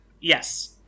Yes